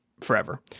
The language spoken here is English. forever